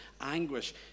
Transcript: anguish